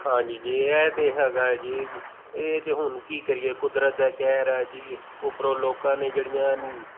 ਹਾਂਜੀ ਜੀ ਇਹ ਤਾਂ ਹੈਗਾ ਜੀ ਇਹ ਤਾਂ ਹੁਣ ਕੀ ਕਰੀਏ ਕੁਦਰਤ ਦਾ ਕਹਿਰ ਹੈ ਜੀ ਉੱਪਰੋਂ ਲੋਕਾਂ ਨੇ ਜਿਹੜੀਆਂ